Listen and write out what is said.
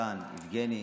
איתן, יבגני,